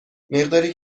مقداری